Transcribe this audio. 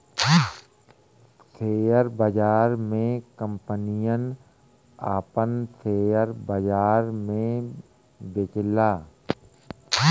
share बाजार मे कंपनियन आपन सेअर बाजार मे बेचेला